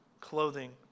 clothing